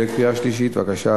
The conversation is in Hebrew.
בבקשה.